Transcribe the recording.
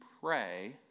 pray